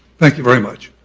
thank you very much.